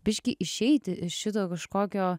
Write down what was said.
biškį išeiti iš šito kažkokio